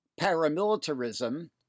paramilitarism